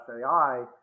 ai